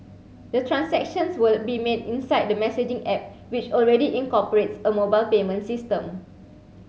the transactions will be made inside the messaging app which already incorporates a mobile payment system